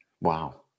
wow